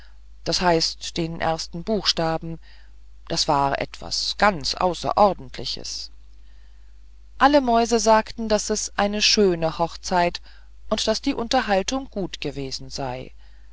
das heißt den ersten buchstaben das war etwas ganz außerordentliches alle mäuse sagten daß es eine schöne hochzeit und daß die unterhaltung gut gewesen sei